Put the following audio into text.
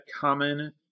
common